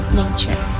nature